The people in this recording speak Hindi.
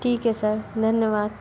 ठीक है सर धन्यवाद